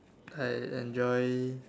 I enjoy